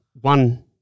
one